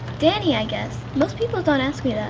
dani, i guess. most people don't ask me that.